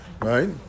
right